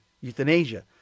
euthanasia